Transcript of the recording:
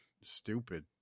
stupid